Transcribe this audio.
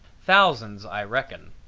thousands, i reckon.